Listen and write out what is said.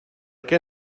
què